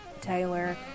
Taylor